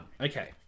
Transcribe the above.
Okay